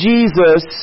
Jesus